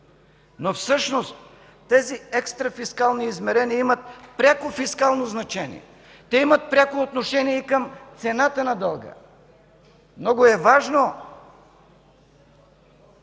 Всъщност тези екстрафискални измерения имат пряко фискално значение. Те имат пряко отношение и към цената на дълга. Много е важно